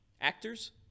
Actors